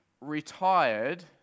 retired